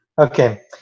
Okay